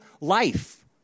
life